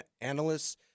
analysts